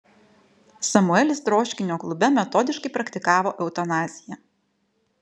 samuelis troškinio klube metodiškai praktikavo eutanaziją